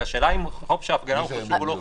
כי השאלה אם חוק של הפגנה הוא חוק חשוב או לא חשוב,